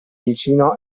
vicino